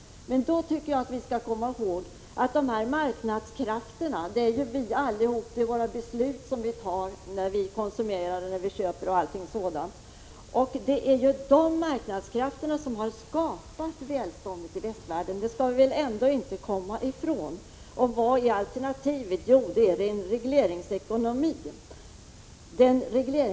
Jag tycker vi skall komma ihåg att dessa marknadskrafter är vi allihop. Det är våra beslut när vi konsumerar och köper och allting sådant. Vi kan inte komma ifrån att det är dessa marknadskrafter som har skapat välståndet i västvärlden. Och vad är alternativet till dem? Jo, en regleringsekonomi-—t.ex.